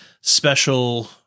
special